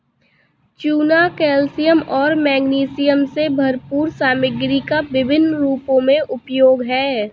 चूना कैल्शियम और मैग्नीशियम से भरपूर सामग्री का विभिन्न रूपों में उपयोग है